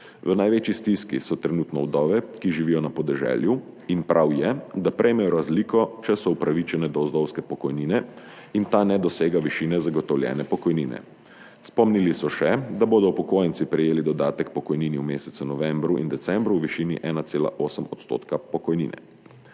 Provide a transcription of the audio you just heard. V največji stiski so trenutno vdove, ki živijo na podeželju, in prav je, da prejmejo razliko, če so upravičene do vdovske pokojnine in ta ne dosega višine zagotovljene pokojnine. Spomnili so še, da bodo upokojenci prejeli dodatek k pokojnini v mesecu novembru in decembru v višini 1,8 % pokojnine.